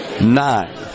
nine